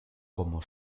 como